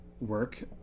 work